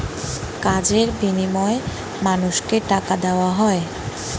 কাজের বিনিময়ে মানুষকে টাকা দেওয়া হয়